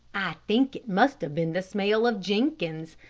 i think must have been the smell of jenkins.